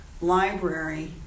library